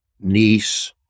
niece